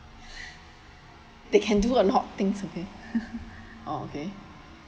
they can do a lot of things okay oh okay